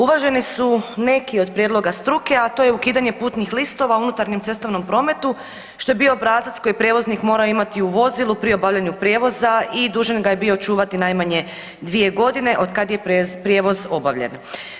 Uvaženi su neki od prijedloga struke, a to je ukidanje putnih listova u unutarnjem cestovnom prometu što je bio obrazac koji je prijevoznik morao imati u vozilu pri obavljanju prijevoza i dužan ga je bio čuvati najmanje dvije godine od kad je prijevoz obavljan.